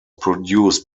produced